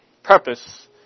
purpose